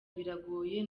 biragoye